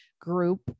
group